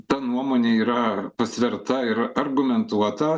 ta nuomonė yra pasverta ir argumentuota